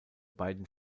beiden